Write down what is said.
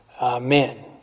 amen